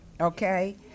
Okay